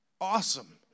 Awesome